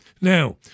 Now